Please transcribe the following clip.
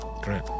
Great